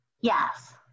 Yes